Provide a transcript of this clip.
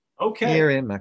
okay